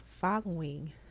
following